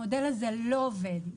המודל הזה לא עובד.